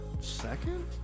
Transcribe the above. second